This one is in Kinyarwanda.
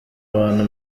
abantu